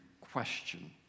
question